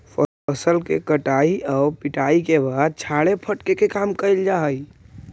फसल के कटाई आउ पिटाई के बाद छाड़े फटके के काम कैल जा हइ